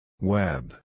Web